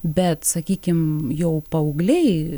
bet sakykim jau paaugliai